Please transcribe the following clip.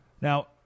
Now